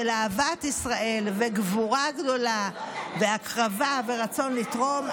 אהבת ישראל וגבורה גדולה והקרבה ורצון לתרום.